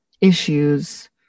issues